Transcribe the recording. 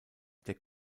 der